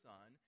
Son